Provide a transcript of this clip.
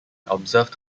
observed